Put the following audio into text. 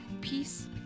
peace